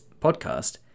podcast